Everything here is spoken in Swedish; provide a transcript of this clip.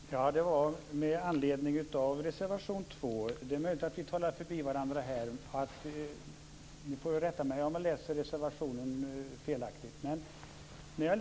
Fru talman! Jag begärde replik med anledning av reservation 2. Det är möjligt att vi talar förbi varandra här. Ni får rätta mig om jag läser reservationen felaktigt.